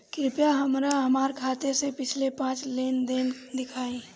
कृपया हमरा हमार खाते से पिछले पांच लेन देन दिखाइ